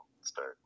start